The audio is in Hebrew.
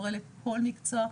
מורה לכל מקצוע,